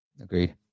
Agreed